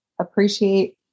appreciate